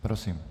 Prosím.